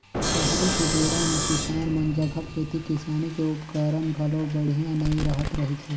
पहिली के बेरा म किसान मन जघा खेती किसानी के उपकरन घलो बड़िहा नइ रहत रहिसे